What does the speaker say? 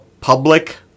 public